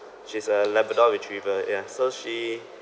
she's a labrador retriever yeah so she